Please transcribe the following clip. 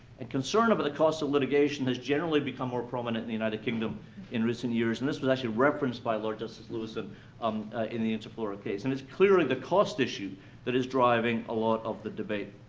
and concern over but the costs of litigation has generally become more prominent in the united kingdom in recent years. and this was actually referenced by lord justice lewison um in the interflora case, and it's clearly the cost issue that is driving a lot of the debate.